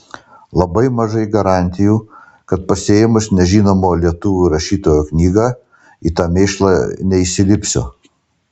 labai mažai garantijų kad pasiėmus nežinomo lietuvių rašytojo knygą į tą mėšlą neįsilipsiu